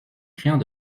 criant